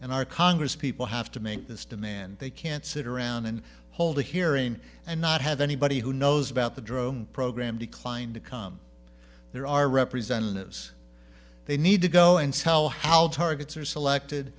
and our congress people have to make this demand they can't sit around and hold a hearing and not have anybody who knows about the drone program declined to come there are representatives they need to go and sell how targets are selected